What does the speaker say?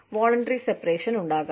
voluntary separation ഉണ്ടാകാം